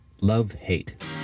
Love-Hate